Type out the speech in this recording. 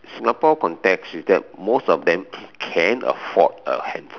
Singapore context is that most of them can afford a handphone